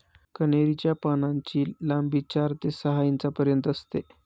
कन्हेरी च्या पानांची लांबी चार ते सहा इंचापर्यंत असते